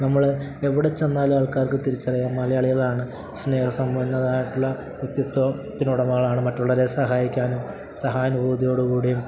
നമ്മൾ എവിടെച്ചെന്നാലും ആൾക്കാർക്ക് തിരിച്ചറിയാം മലയാളികളാണ് സ്നേഹസമ്പന്നരായിട്ടുള്ള വ്യക്തിത്വത്തിനുടമകളാണ് മറ്റുള്ളവരെ സഹായിക്കാനും സഹാനുഭൂതിയോടുകൂടി